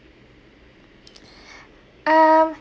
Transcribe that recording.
um